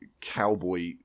cowboy